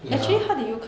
ya